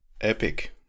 epic